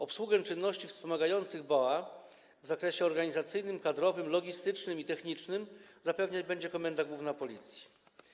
Obsługę czynności wspomagających BOA w zakresie organizacyjnym, kadrowym, logistycznym i technicznym zapewniać będzie Komenda Główna Policji.